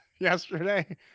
yesterday